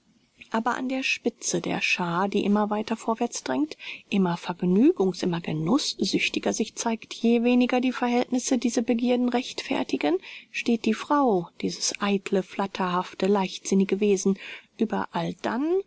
aber an der spitze der schaar die immer weiter vorwärts drängt immer vergnügungs immer genußsüchtiger sich zeigt je weniger die verhältnisse diese begierden rechtfertigen steht die frau dieses eitle flatterhafte leichtsinnige wesen überall dann